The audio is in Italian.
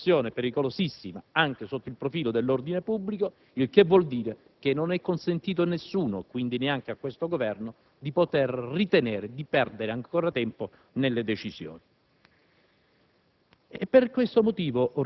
che ci troviamo di fronte ad una situazione pericolosissima, anche sotto il profilo dell'ordine pubblico; significa che non è consentito a nessuno - e quindi neanche a questo Governo - di poter ritenere di perdere ancora tempo nelle decisioni.